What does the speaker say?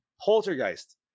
poltergeist